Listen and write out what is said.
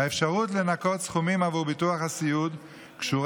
האפשרות לנכות סכומים בעבור ביטוח הסיעוד קשורה